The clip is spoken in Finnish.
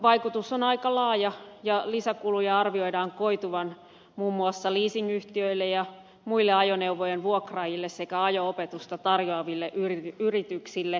vaikutus on aika laaja ja lisäkuluja arvioidaan koituvan muun muassa leasingyhtiöille ja muille ajoneuvojen vuokraajille sekä ajo opetusta tarjoaville yrityksille